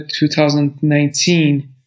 2019